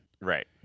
Right